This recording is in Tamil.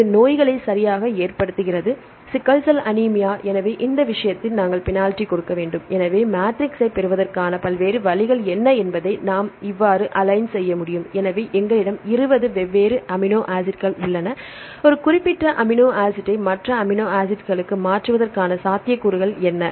இது நோய்களை சரியாக ஏற்படுத்துகிறது மாற்றுவதற்கான சாத்தியக்கூறுகள் என்ன